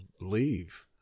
leave